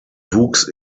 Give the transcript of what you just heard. wuchs